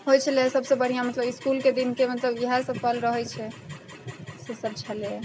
होइ छलै सबसँ बढ़िआँ मतलब इसकुलके दिनके मतलब इएहसब पल रहै छै से सब छलैए